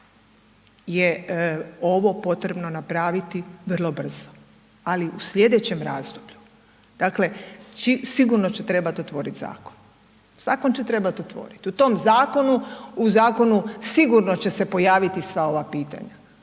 je ovo potrebno napraviti vrlo brzo. Ali u slijedećem razdoblju, dakle sigurno će trebati otvoriti zakon. Zakon će trebati otvoriti, u tom zakonu, u zakonu sigurno će se pojaviti sva ova pitanja.